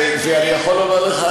כי אני יכול לומר לך,